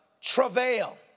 Travail